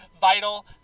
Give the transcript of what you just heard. Vital